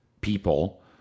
people